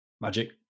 Magic